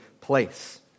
place